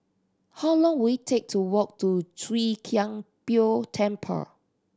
how long will it take to walk to Chwee Kang Beo Temple